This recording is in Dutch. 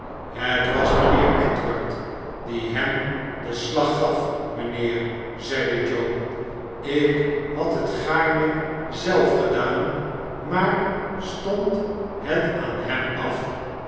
het was mijnheer edward die hem den slag gaf mijnheer zeide joe ik had het gaarne zelf gedaan maar stond het aan hem af